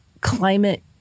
climate